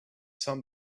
some